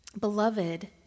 Beloved